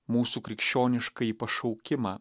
mūsų krikščioniškąjį pašaukimą